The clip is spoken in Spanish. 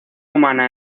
humana